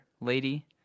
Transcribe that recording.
lady